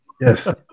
Yes